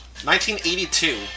1982